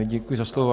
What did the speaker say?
Děkuji za slovo.